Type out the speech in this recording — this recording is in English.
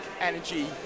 energy